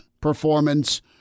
performance